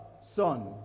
son